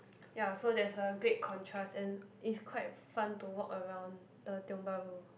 ya so there's a great contrast and is quite fun to walk around the Tiong-Bahru